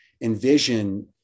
envision